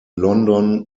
london